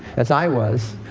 as i was,